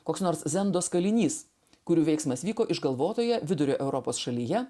koks nors zendos kalinys kurių veiksmas vyko išgalvotoje vidurio europos šalyje